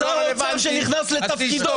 שר האוצר שנכנס לתפקידו -- יופי,